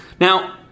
Now